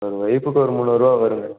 ஒரு பைப்புக்கு ஒரு முந்நூறுரூவா வருங்க